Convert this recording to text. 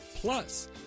Plus